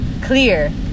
clear